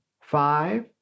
five